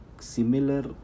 similar